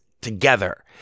together